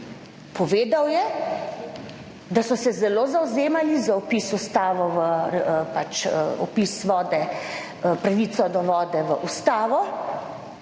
Povedal je, da so se zelo zavzemali za vpis pravice do vode v ustavo